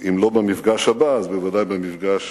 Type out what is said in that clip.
אם לא במפגש הבא אז בוודאי במפגש